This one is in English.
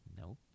Nope